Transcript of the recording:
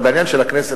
אבל בעניין של הכנסת,